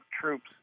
troops